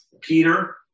Peter